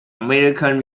american